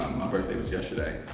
birthday was yesterday.